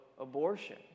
abortion